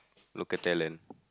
local talent